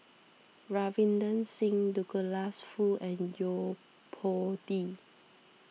Ravinder Singh Douglas Foo and Yo Po Tee